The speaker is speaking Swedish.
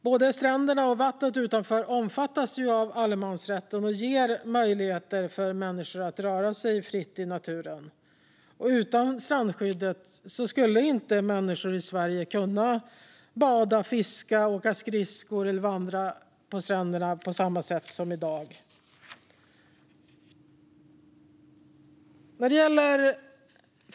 Både stränderna och vattnet utanför omfattas ju av allemansrätten och ger människor möjligheter att röra sig fritt i naturen. Utan strandskyddet skulle inte människor i Sverige kunna bada, fiska, åka skridskor eller vandra på stränderna på samma sätt som i dag.